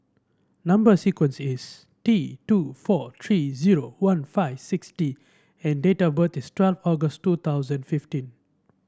number sequence is T two four three zero one five six D and date of birth is twelve August two thousand fifteen